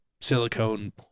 silicone